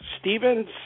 Stevens